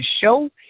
show